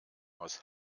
aus